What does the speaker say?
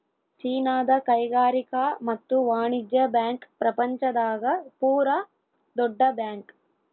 ಚೀನಾದ ಕೈಗಾರಿಕಾ ಮತ್ತು ವಾಣಿಜ್ಯ ಬ್ಯಾಂಕ್ ಪ್ರಪಂಚ ದಾಗ ಪೂರ ದೊಡ್ಡ ಬ್ಯಾಂಕ್